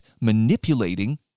manipulating